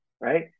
Right